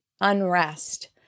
unrest